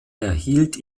erhielt